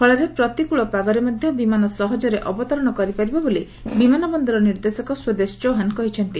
ଫଳରେ ପ୍ରତିକୁଳ ପାଗରେ ମଧ୍ଧ ବିମାନ ସହଜରେ ଅବତରଣ କରିପାରିବ ବୋଲି ବିମାନ ବନ୍ଦର ନିର୍ଦ୍ଦେଶକ ସ୍ୱଦେଶ ଚୌହାନ କହିଛନ୍ତି